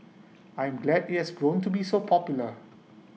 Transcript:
I am glad IT has grown to be so popular